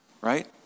right